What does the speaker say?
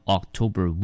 October